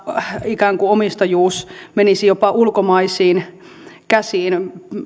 ikään kuin omistajuus menisi jopa ulkomaisiin käsiin